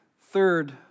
Third